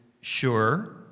sure